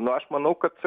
nu aš manau kad